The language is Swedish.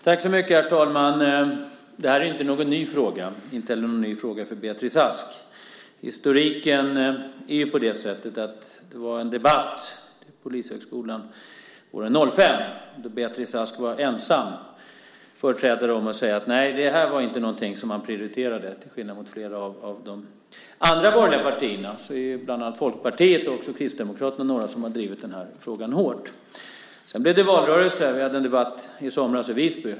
Herr talman! Det här är inte någon ny fråga och heller inte någon ny fråga för Beatrice Ask. Historiken är sådan att det var en debatt på Polishögskolan våren 2005 då Beatrice Ask var ensam företrädare att säga att det här inte var någonting man prioriterade, till skillnad mot flera av de andra borgerliga partierna där bland annat Folkpartiet och också Kristdemokraterna har drivit den här frågan hårt. Sedan blev det valrörelse. Vi hade en debatt i somras i Visby.